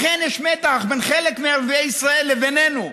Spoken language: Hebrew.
אכן יש מתח בין חלק מערביי ישראל לבינינו.